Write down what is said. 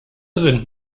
sind